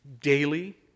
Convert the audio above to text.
daily